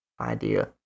idea